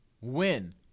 win